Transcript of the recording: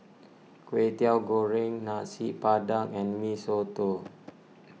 Kwetiau Goreng Nasi Padang and Mee Soto